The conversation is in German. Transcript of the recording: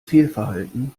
fehlverhalten